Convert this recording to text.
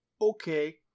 Okay